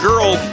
Girl